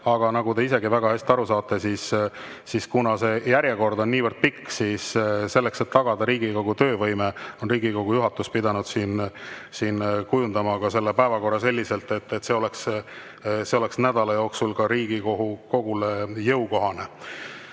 Aga te isegi saate väga hästi aru, et kuna see järjekord on niivõrd pikk, siis selleks, et tagada Riigikogu töövõime, on Riigikogu juhatus pidanud kujundama päevakorra selliselt, et see oleks nädala jooksul Riigikogule jõukohane.